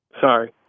Sorry